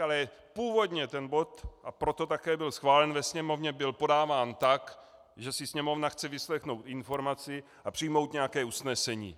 Ale původně ten bod, a proto také byl schválen ve Sněmovně, byl podáván tak, že si Sněmovna chce vyslechnout informaci a přijmout nějaké usnesení.